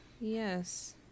yes